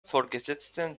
vorgesetzten